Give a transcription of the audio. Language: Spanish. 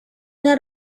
una